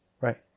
Right